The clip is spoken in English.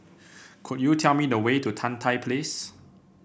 could you tell me the way to Tan Tye Place